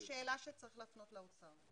זאת שאלה שצריך להפנות לאוצר.